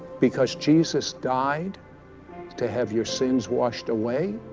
because jesus died to have your sins washed away,